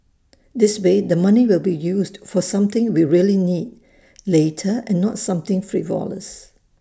this way the money will be used for something we really need later and not something frivolous